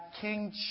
King